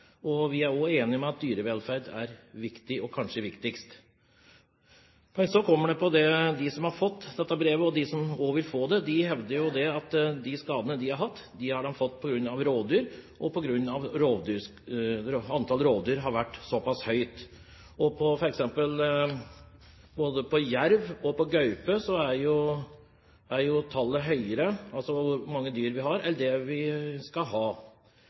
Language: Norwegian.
og vi er også enige om at dyrevelferd er viktig, og kanskje viktigst. Men de som har fått og vil få dette brevet, hevder at de skadene de har hatt, skyldes rovdyr og at antall rovdyr har vært såpass høyt, og f.eks. både for jerv og gaupe er jo tallet høyere enn det skal være, altså når det gjelder hvor mange dyr vi skal ha. Og så dette med beiterett: Det